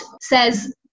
says